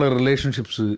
relationships